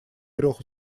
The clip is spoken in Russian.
трех